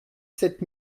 sept